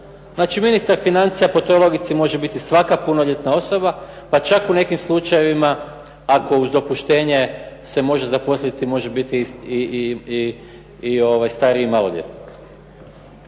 Znači ministar financija po toj logici može biti svaka punoljetna osoba, pa čak u nekim slučajevima ako uz dopuštenje se može zaposliti može biti i stariji maloljetnik.